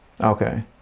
Okay